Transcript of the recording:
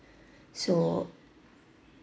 so